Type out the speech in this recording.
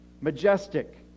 majestic